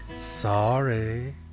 sorry